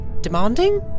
demanding